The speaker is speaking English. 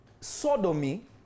Sodomy